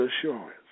assurance